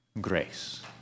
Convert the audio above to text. grace